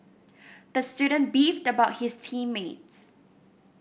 the student beefed about his team mates